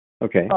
Okay